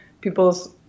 people's